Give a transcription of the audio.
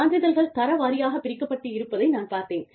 சான்றிதழ்கள் தர வாரியாக பிரிக்கப்பட்டு இருப்பதை நான் பார்த்தேன்